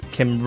Kim